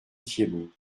thiebaut